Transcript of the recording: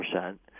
percent